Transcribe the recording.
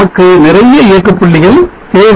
நமக்கு நிறைய இயக்க புள்ளிகள் தேவை